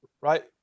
right